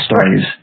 stories